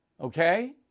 Okay